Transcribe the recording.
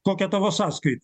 kokia tavo sąskaita